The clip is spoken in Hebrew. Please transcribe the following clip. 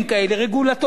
רגולטוריים,